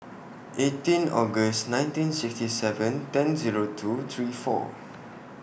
eighteen August nineteen sixty seven ten Zero two three four